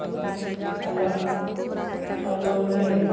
मागीर आलाम पोलोलेम